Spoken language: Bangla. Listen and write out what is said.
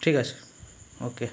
ঠিক আছে ওকে